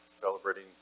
celebrating